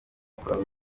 kuramya